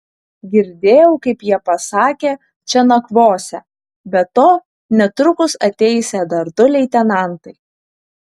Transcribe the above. girdėjau kaip jie pasakė čia nakvosią be to netrukus ateisią dar du leitenantai